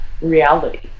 reality